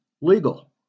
legal